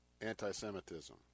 anti-Semitism